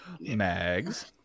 mags